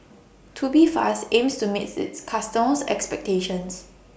Tubifast aims to meet its customers' expectations